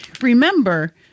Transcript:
remember